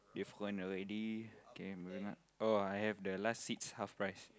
you have one already okay oh I have the last seats half price